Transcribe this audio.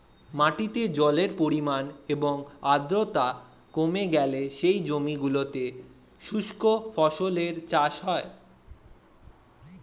মাটিতে জলের পরিমাণ এবং আর্দ্রতা কমে গেলে সেই জমিগুলোতে শুষ্ক ফসলের চাষ হয়